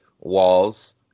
Walls